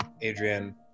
Adrian